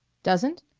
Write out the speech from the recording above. doesn't?